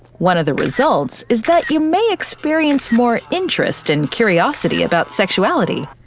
one of the results is that you may experience more interest and curiosity about sexuality.